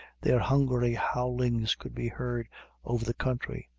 their hungry howlings could be heard over the country,